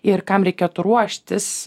ir kam reikėtų ruoštis